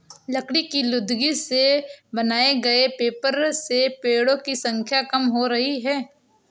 लकड़ी की लुगदी से बनाए गए पेपर से पेङो की संख्या कम हो रही है